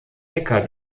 neckar